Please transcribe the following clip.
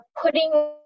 putting